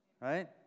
Right